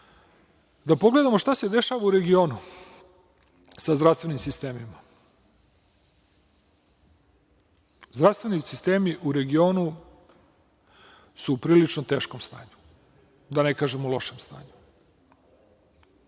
da pogledamo šta se dešava u regionu sa zdravstvenim sistemima. Zdravstveni sistemi u regionu su u prilično teškom stanju, da ne kažem u lošem stanju.